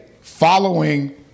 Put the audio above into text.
following –